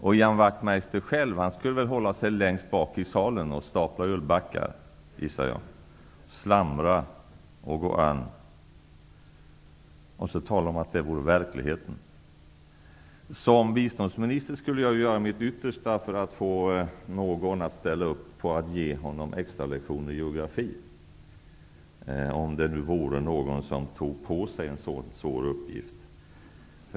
Ian Wachtmeister själv skulle väl hålla sig längst bak i salen och stapla ölbackar och slamra och gå an, gissar jag. Sedan skulle han tala om att det var verkligheten. Som biståndsminister skulle jag göra mitt yttersta för att få någon att ställa upp och ge honom extralektioner i geografi, om det nu fanns någon som tog på sig en sådan svår uppgift.